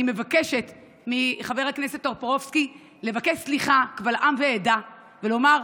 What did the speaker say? אני מבקשת מחבר הכנסת טופורובסקי לבקש סליחה קבל עם ועדה ולומר: